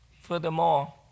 Furthermore